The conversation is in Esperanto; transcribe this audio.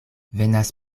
venas